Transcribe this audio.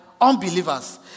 unbelievers